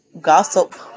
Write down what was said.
gossip